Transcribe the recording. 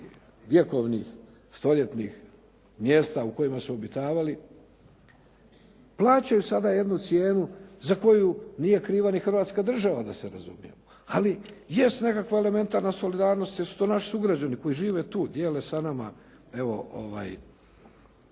tih vjekovnih stoljetnih mjesta u kojima su obitavali. Plaćaju sada jednu cijenu za koju nije kriva ni hrvatska država da se razumijemo. Ali jest nekakva elementarna solidarnost, jer su to naši sugrađani koji žive tu, dijele sa nama. Znači